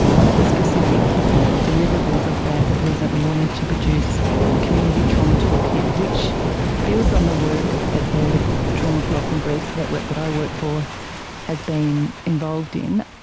one of the specific deliverables of that was that we wanted to produce a community trauma toolkit which builds on the work that the trauma, loss and grief network that i work for has been involved in,